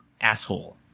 asshole